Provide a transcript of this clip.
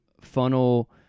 funnel